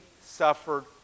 suffered